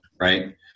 right